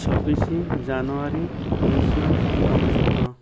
ଛବିଶି ଜାନୁଆରୀ ଉଣେଇଶ ଅନେଶତ